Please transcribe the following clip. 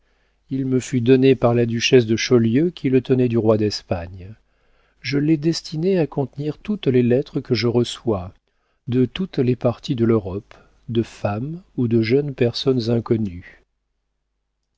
il me fut donné par la duchesse de chaulieu qui le tenait du roi d'espagne je l'ai destiné à contenir toutes les lettres que je reçois de toutes les parties de l'europe de femmes ou de jeunes personnes inconnues